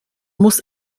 muss